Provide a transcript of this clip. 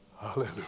Hallelujah